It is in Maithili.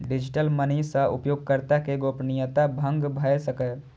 डिजिटल मनी सं उपयोगकर्ता के गोपनीयता भंग भए सकैए